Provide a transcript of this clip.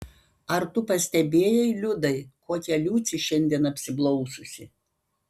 ar tu pastebėjai liudai kokia liucė šiandien apsiblaususi